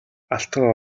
алтан